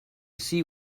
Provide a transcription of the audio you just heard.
see